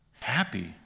happy